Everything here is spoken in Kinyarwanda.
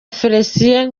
felicien